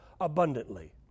abundantly